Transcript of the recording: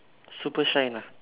super shine ah